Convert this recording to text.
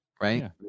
right